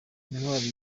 intwari